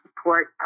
support